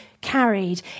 carried